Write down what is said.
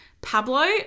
Pablo